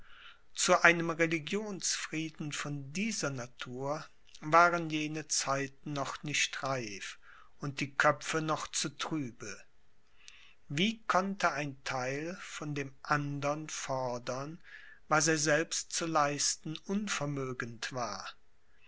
zu einem religionsfrieden von dieser natur waren jene zeiten noch nicht reif und die köpfe noch zu trübe wie konnte ein theil von dem andern fordern was er selbst zu leisten unvermögend war